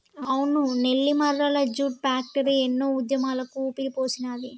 అవును Nellimarla jute factory ఎన్నో ఉద్యమాలకు ఊపిరిపోసినాది